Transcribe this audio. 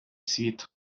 світ